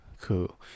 cool